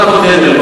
הכול.